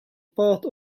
part